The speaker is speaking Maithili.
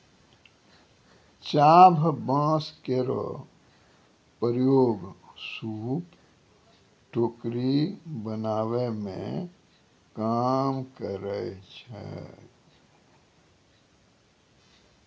चाभ बांस केरो प्रयोग सूप, टोकरी बनावै मे काम करै छै